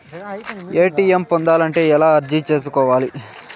ATM పొందాలంటే ఎలా అర్జీ సేసుకోవాలి?